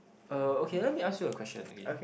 uh okay let me ask you a question okay